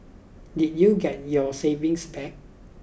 did you get your savings back